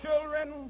children